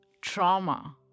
trauma